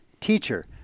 Teacher